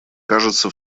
кажется